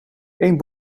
eén